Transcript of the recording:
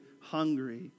hungry